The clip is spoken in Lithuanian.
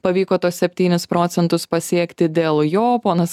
pavyko tuos septynis procentus pasiekti dėl jo ponas